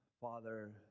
father